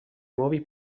nuovi